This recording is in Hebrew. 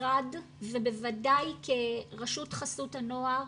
כמשרד ובוודאי כרשות חסות הנוער